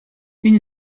une